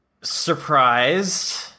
surprised